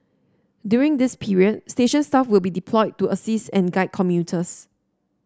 during this period station staff will be deployed to assist and guide commuters